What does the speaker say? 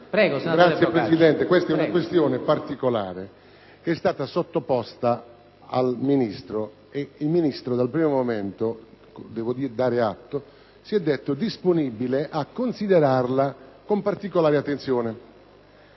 Signor Presidente, si tratta di una questione particolare che è stata sottoposta al Ministro, il quale fin dal primo momento - gliene devo dare atto - si è detto disponibile a considerarla con particolare attenzione.